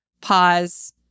Pause